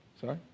Sorry